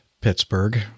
Pittsburgh